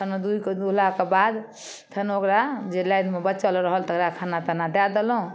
फेनो दुहिकऽ दुहलाके बाद फेनो ओकरा लाबिकऽ बच्चा जे रहल तकरा खाना ताना दए देलहुँ